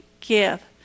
give